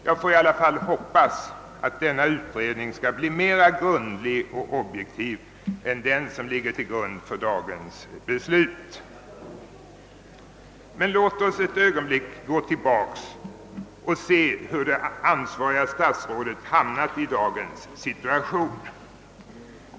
Jag hoppas att denna utredning skall bli mera grundlig och objektiv än den som ligger till grund för dagens beslut. Men låt oss ett ögonblick gå tillbaka och se hur det ansvariga statsrådet har hamnat i dagens situation.